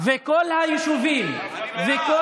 כל היישובים, אבל אני בעד.